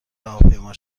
هواپیما